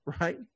right